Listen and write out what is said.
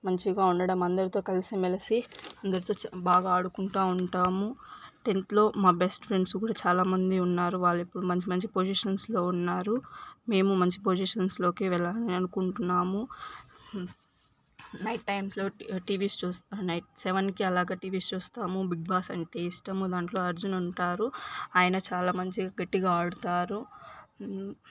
మంచిగా ఉండడం అందరితో కలిసిమెలిసి అందరితో బాగా ఆడుకుంటా ఉంటాము టెన్త్లో మా బెస్ట్ ఫ్రెండ్స్ కూడా చాలామంది ఉన్నారు వాళ్ళు ఇప్పుడు మంచి మంచి పొజిషన్స్లో ఉన్నారు మేము మంచి పొజిషన్స్లోకి వెళ్ళాలి అనుకుంటున్నాము నైట్ టైమ్స్లో టీవీస్ చూస్తా నైట్ సెవెన్కి అలా టీవీస్ చూస్తాము బిగ్బాస్ అంటే ఇష్టము దాంట్లో అర్జున్ ఉంటారు ఆయన చాలా మంచి గట్టిగా ఆడతారు